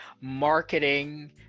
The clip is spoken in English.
marketing